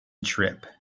trip